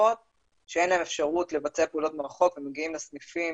שאין אפשרות לבצע פעולות מרחוק והם מגיעים לסניפים